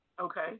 Okay